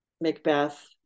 Macbeth